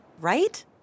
right